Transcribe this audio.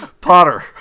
Potter